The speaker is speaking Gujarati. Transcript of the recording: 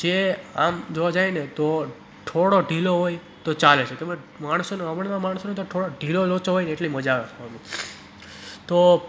કે આમ જોવા જાઈએ ને તો થોડો ઢીલો હોય તો ચાલે છે કેમ કે માણસોને અવનવા માણસો થોડો ઢીલો લોચો હોય ને એટલી મજા આવે ખાવાની તો